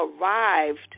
arrived